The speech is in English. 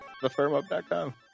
thefirmup.com